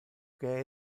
que